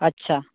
ᱟᱪᱪᱷᱟ